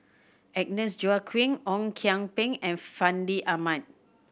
Agnes Joaquim Ong Kian Peng and Fandi Ahmad